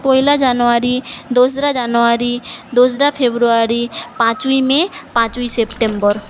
পয়লা জানুয়ারি দোসরা জানুয়ারি দোসরা ফেব্রুয়ারী পাঁচই মে পাঁচই সেপ্টেম্বর